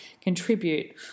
contribute